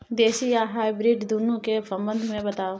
देसी आ हाइब्रिड दुनू के संबंध मे बताऊ?